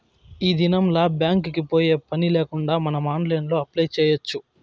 ఈ దినంల్ల బ్యాంక్ కి పోయే పనిలేకుండా మనం ఆన్లైన్లో అప్లై చేయచ్చు